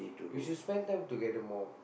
you should spend time together more